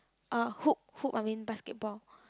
uh hoop hoop I mean basketball